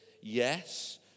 yes